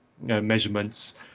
measurements